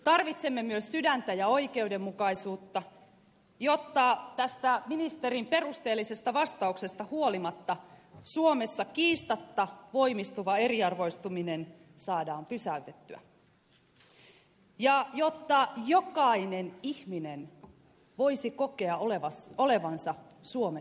tarvitsemme myös sydäntä ja oikeudenmukaisuutta jotta ministerin perusteellisesta vastauksesta huolimatta suomessa kiistatta voimistuva eriarvoistuminen saadaan pysäytettyä ja jotta jokainen ihminen suomessa voisi kokea olevansa arvokas